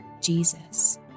Jesus